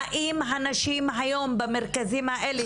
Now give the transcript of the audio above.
המרכזים האלה,